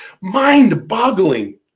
mind-boggling